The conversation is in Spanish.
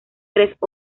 tres